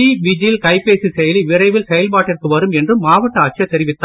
இ vigil கைபேசி செயலி விரைவில் செயல்பாட்டிற்கு வரும் என்றும் மாவட்ட ஆட்சியர் தெரிவித்தார்